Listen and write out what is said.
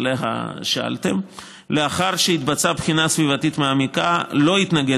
שעליה שאלתם: לאחר שהתבצעה בחינה סביבתית מעמיקה לא התנגד